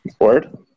Word